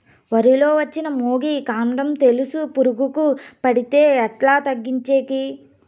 వరి లో వచ్చిన మొగి, కాండం తెలుసు పురుగుకు పడితే ఎట్లా తగ్గించేకి?